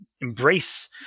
embrace